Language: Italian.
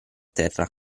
terra